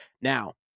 Now